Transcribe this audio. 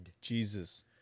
Jesus